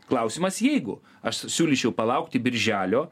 klausimas jeigu aš siūlyčiau palaukti birželio